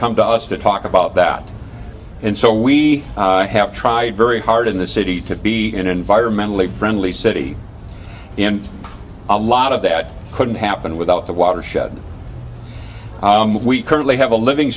to us to talk about that and so we have tried very hard in the city to be an environmentally friendly city and a lot of that couldn't happen without the watershed we currently have a living